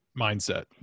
mindset